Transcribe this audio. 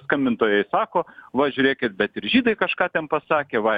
skambintojai sako va žiūrėkit bet ir žydai kažką ten pasakė va